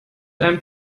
einem